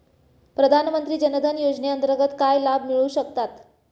प्रधानमंत्री जनधन योजनेअंतर्गत काय लाभ मिळू शकतात?